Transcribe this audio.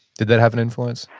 did that have an influence?